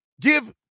give